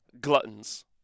Gluttons